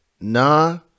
nah